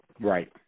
right